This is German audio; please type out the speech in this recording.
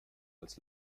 als